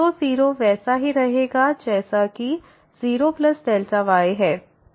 तो 0 वैसे ही रहेगा जैसा कि 0Δy है